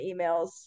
emails